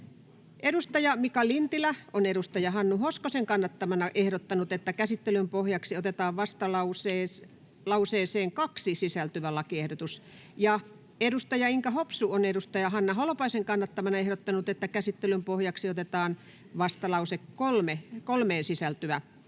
edustaja Mika Lintilä on edustaja Hannu Hoskosen kannattamana ehdottanut, että käsittelyn pohjaksi otetaan vastalauseeseen 2 sisältyvä lakiehdotus, ja edustaja Inka Hopsu on edustaja Hanna Holopaisen kannattamana ehdottanut, että käsittelyn pohjaksi otetaan vastalauseeseen 3 sisältyvä lakiehdotus.